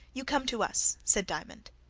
you come to us, said diamond.